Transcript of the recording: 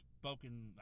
spoken